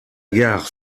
gare